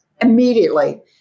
immediately